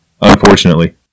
Unfortunately